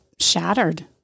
shattered